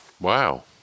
Wow